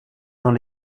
dans